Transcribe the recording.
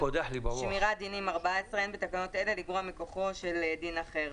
שמירת דינים אין בתקנות אלה כדי לגרוע מכוחו של דין אחר.